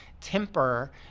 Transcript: temper